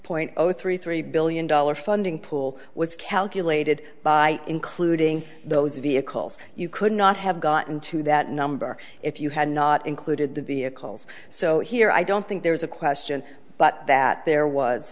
point zero three three billion dollars funding pool was calculated by including those vehicles you could not have gotten to that number if you had not included the vehicles so here i don't think there's a question but that there was